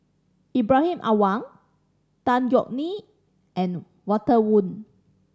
Lbrahim Awang Tan Yeok Nee and Walter Woon